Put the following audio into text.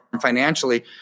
financially